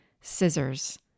scissors